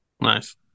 Nice